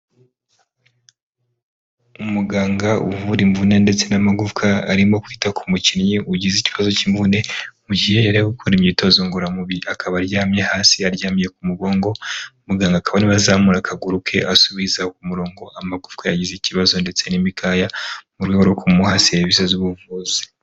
Umuganga uvura imvune ndetse n'amagufwa arimo kwita ku mukinnyi ugize ikibazo cy'imvune mu gihe yarari gukora imyitozo ngororamubiri akaba aryamye hasi aryamye ku mugongo muganga akaba ari kuzamura akaguru ke asubiza ku murongo amagufwa yagize ikibazo ndetse n'imikaya mu buryo bwo kumuha serivisi z'ubuvuzi.